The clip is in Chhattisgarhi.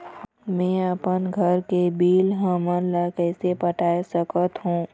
मैं अपन घर के बिल हमन ला कैसे पटाए सकत हो?